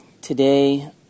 today